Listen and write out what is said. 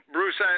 Bruce